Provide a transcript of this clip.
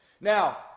Now